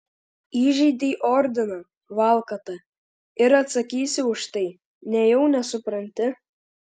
įžeidei ordiną valkata ir atsakysi už tai nejau nesupranti